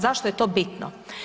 Zašto je to bitno?